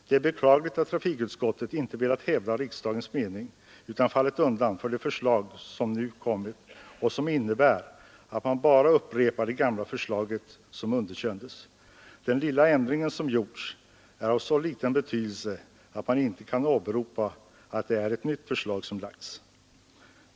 Det är beklagligt att trafikutskottet inte velat hävda riksdagens mening utan fallit undan för det förslag som nu kommit och som innebär att man bara upprepar det gamla förslaget som underkändes förra året. Den lilla ändring som gjorts är av så ringa betydelse att man inte kan åberopa att det är ett nytt förslag som lagts.